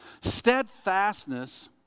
Steadfastness